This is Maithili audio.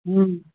हूँ